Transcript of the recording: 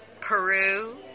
Peru